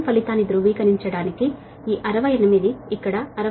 ఈ 68 ని నిర్దారించడానికి క్రాస్ చెక్ చేస్తే ఇక్కడ 68